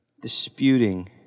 disputing